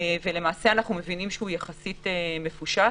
ולמעשה אנחנו מבינים שהוא יחסית מפושט.